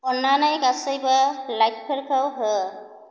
अन्नानै गासैबो लाइटफोरखौ हो